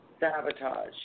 Sabotage